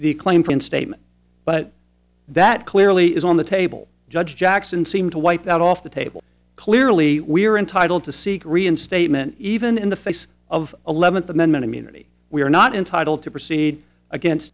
the claim for in statement but that clearly is on the table judge jackson seemed to wipe that off the table clearly we are entitled to seek reinstatement even in the face of eleventh amendment immunity we are not entitled to proceed against